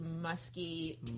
musky